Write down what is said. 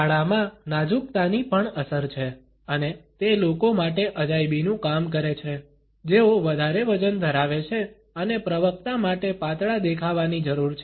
કાળામાં નાજુકતાની પણ અસર છે અને તે લોકો માટે અજાયબીનું કામ કરે છે જેઓ વધારે વજન ધરાવે છે અને પ્રવક્તા માટે પાતળા દેખાવાની જરૂર છે